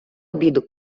обіду